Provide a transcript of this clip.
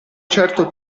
certo